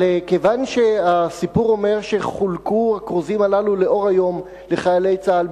אבל כיוון שהסיפור אומר שחולקו הכרוזים הללו לאור היום לחיילי צה"ל,